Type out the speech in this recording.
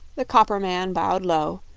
the copper man bowed low,